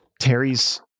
terry's